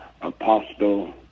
Apostle